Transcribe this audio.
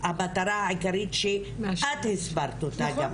מהמטרה העיקרית שאת הסברת אותה גם כן.